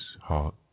heart